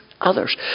others